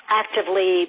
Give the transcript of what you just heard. actively